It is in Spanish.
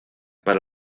para